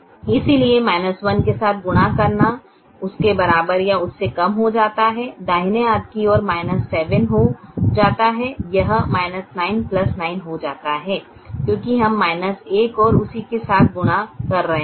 इसलिए 1 के साथ गुणा करना उसके बराबर या उससे कम हो जाता है दाहिने हाथ की ओर 7 हो जाता है यह 9 बदलकर 9 हो जाता है क्योंकि हम 1 और इसी के साथ गुणा कर रहे हैं